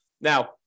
Now